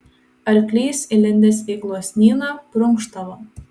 arklys įlindęs į gluosnyną prunkštavo